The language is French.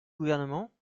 gouvernement